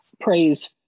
praise